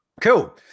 Cool